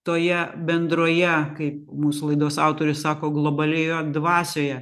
toje bendroje kaip mūsų laidos autorius sako globalioje dvasioje